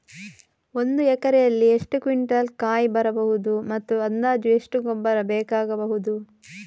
ಒಂದು ಎಕರೆಯಲ್ಲಿ ಎಷ್ಟು ಕ್ವಿಂಟಾಲ್ ಕಾಯಿ ಬರಬಹುದು ಮತ್ತು ಅಂದಾಜು ಎಷ್ಟು ಗೊಬ್ಬರ ಬೇಕಾಗಬಹುದು?